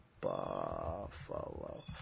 buffalo